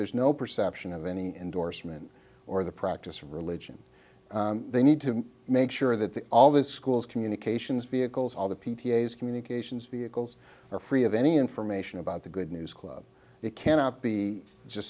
there's no perception of any endorsement or the practice religion they need to make sure that the all the schools communications vehicles all the p t a s communications vehicles are free of any information about the good news club it cannot be just